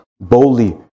boldly